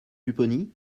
pupponi